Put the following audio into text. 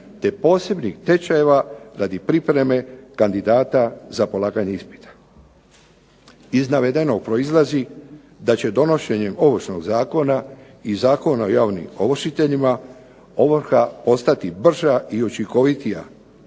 te posebnih tečajeva radi pripreme kandidata za polaganje ispita. Iz navedenog proizlazi da će donošenjem Ovršnog zakona i Zakona o javnim ovršiteljima ovrha postati brža i učinkovitija,